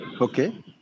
Okay